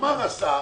אמר השר